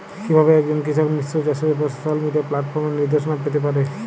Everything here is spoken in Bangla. কিভাবে একজন কৃষক মিশ্র চাষের উপর সোশ্যাল মিডিয়া প্ল্যাটফর্মে নির্দেশনা পেতে পারে?